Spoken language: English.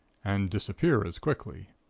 and disappear as quickly.